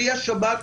כלי השב"כ,